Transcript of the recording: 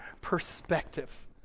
perspective